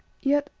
yet,